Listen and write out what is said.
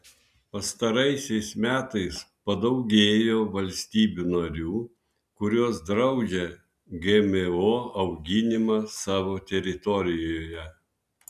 pastaraisiais metais padaugėjo valstybių narių kurios draudžia gmo auginimą savo teritorijoje